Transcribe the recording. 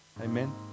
Amen